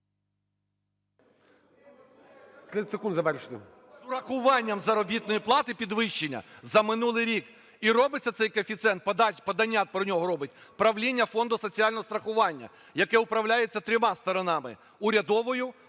…з урахуванням заробітної плати, підвищення за минулий рік, і робиться цей коефіцієнт. Подання про нього робить правління Фонду соціального страхування, яке управляється трьома сторонами: урядовою,